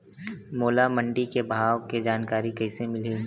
मोला मंडी के भाव के जानकारी कइसे मिलही?